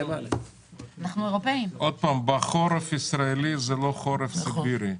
עוד פעם, חורף ישראלי זה לא חורף סיבירי.